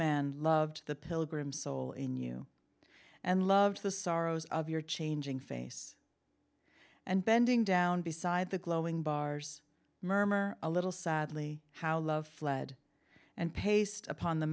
man loved the pilgrim soul in you and loved the sorrows of your changing face and bending down beside the glowing bars murmur a little sadly how love fled and paste upon the